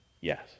Yes